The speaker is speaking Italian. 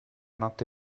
notte